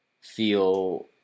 feel